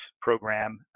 program